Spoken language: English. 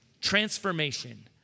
Transformation